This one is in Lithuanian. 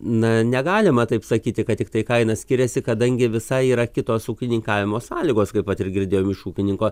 na negalima taip sakyti kad tiktai kaina skiriasi kadangi visai yra kitos ūkininkavimo sąlygos kaip vat ir girdėjom iš ūkininko